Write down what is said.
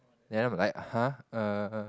then I'm like !huh! err